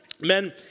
Men